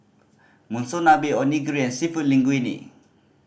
Monsunabe Onigiri and Seafood Linguine